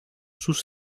sus